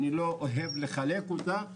אני לא אוהב לחלק אותה,